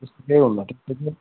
त्यस्तो केही हुन्न